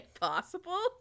possible